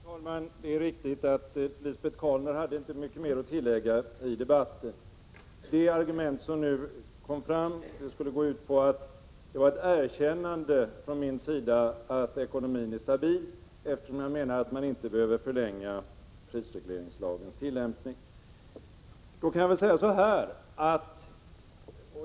Herr talman! Det är riktigt att Lisbet Calner inte hade mycket mer att tillägga i debatten. Det argument som kom fram skulle gå ut på att jag erkänt att ekonomin nu är stabil eftersom jag menar att man inte behöver förlänga prisregleringslagens tillämpning.